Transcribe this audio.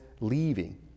leaving